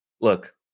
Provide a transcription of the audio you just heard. Look